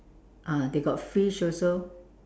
ah they got fish also